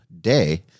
day